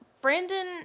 Brandon